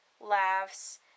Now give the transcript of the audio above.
laughs